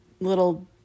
little